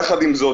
יחד עם זאת,